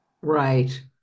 right